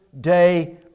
day